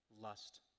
lust